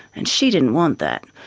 and she didn't want that.